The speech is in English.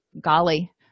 golly